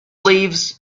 lives